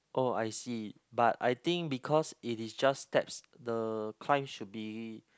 oh I see but I think because it is just steps the climb should be